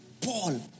Paul